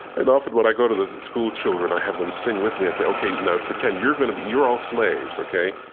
and often when i go to the schoolchildren, i have them sing with me. i say, ok. now pretend you're going to be you're all slaves, ok?